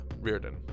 Reardon